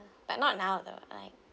but not now although I